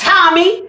Tommy